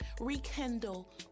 rekindle